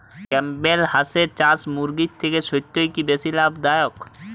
Campbell হাঁসের চাষ মুরগির থেকে সত্যিই কি বেশি লাভ দায়ক?